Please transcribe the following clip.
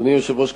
אדוני היושב-ראש,